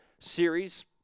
series